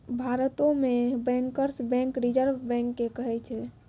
भारतो मे bankers bank reserve bank के कहै छै